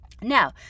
Now